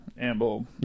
Amble